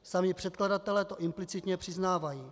Sami předkladatelé to implicitně přiznávají.